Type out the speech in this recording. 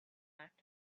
act